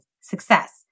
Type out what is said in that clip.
success